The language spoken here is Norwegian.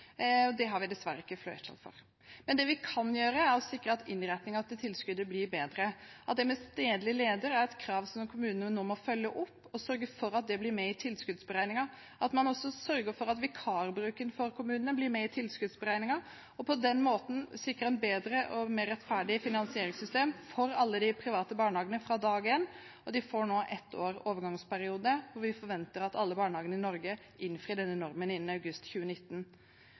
Det har vi dessverre ikke flertall for. Men det vi kan gjøre, er å sikre at innretningen på tilskuddet blir bedre, at stedlig leder er et krav som kommunene nå må følge opp og sørge for at blir med i tilskuddsberegningen, og at man også sørger for at vikarbruken for kommunene blir med i tilskuddsberegningen. På den måten sikrer man et bedre og mer rettferdig finansieringssystem for alle de private barnehagene fra dag én. De får nå ett års overgangsperiode, og vi forventer at alle barnehagene i Norge innfrir denne normen innen august 2019.